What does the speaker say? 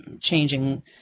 changing